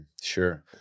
Sure